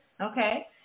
okay